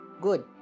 good